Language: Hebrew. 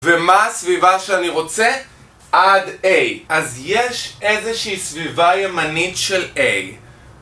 ומה הסביבה שאני רוצה? עד A. אז יש איזושהי סביבה ימנית של A.